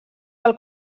pel